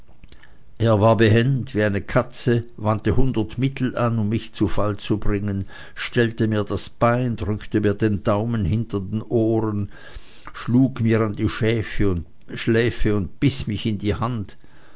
er war behend wie eine katze wandte hundert mittel an um mich zu falle zu bringen stellte mir das bein drückte mich mit dem daum hinter den ohren schlug mir an die schläfe und biß mich in die hand